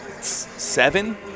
seven